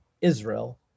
Israel